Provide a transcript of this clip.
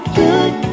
good